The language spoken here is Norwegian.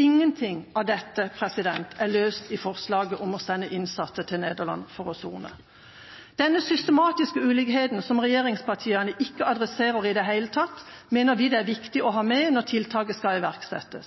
Ingenting av dette er løst i forslaget om å sende innsatte til Nederland for å sone. Denne systematiske ulikheten, som regjeringspartiene ikke adresserer i det hele tatt, mener vi det er viktig å ha med når tiltak skal iverksettes.